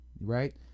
right